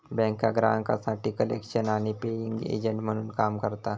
बँका ग्राहकांसाठी कलेक्शन आणि पेइंग एजंट म्हणून काम करता